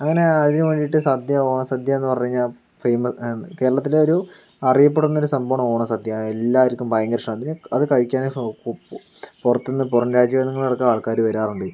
അങ്ങനെ ഇതിന് വേണ്ടിയിട്ട് സദ്യ ഓണസദ്യ എന്ന് പറഞ്ഞു കഴിഞ്ഞാൽ ഫേമ കേരളത്തിലെ ഒരു അറിയപ്പെടുന്ന ഒരു സംഭവമാണ് ഓണസദ്യ എല്ലാവർക്കും ഭയങ്കര ഇഷ്ടമാണ് അതിന് അത് കഴിക്കാൻ പു പു പുറത്തുനിന്ന് പുറം രാജ്യങ്ങളിൽ നിന്ന് അടക്കം ആൾക്കാർ വരാറുണ്ട്